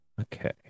okay